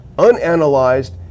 unanalyzed